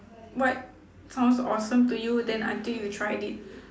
what sounds awesome to you then until you tried it